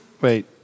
Wait